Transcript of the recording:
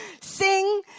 Sing